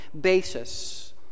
basis